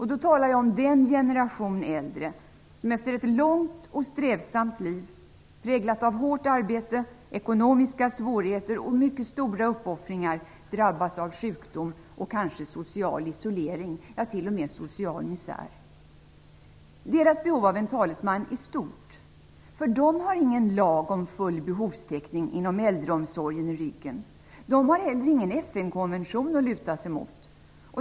Jag talar då om den generation äldre som efter ett långt och strävsamt liv, präglat av hårt arbete, ekonomiska svårigheter och mycket stora uppoffringar, drabbas av sjukdom och kanske social isolering, ja, t.o.m. social misär. Deras behov av en talesman är stort. De har ingen lag om full behovstäckning inom äldreomsorgen i ryggen. De har heller ingen FN-konvention att luta sig mot.